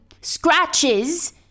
scratches